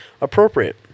appropriate